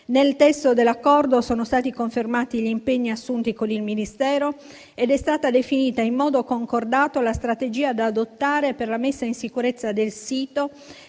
Nel testo dell'accordo sono stati confermati gli impegni assunti con il Ministero ed è stata definita in modo concordato la strategia da adottare per la messa in sicurezza del sito